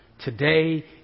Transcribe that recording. Today